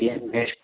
कियत् गश्